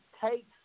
takes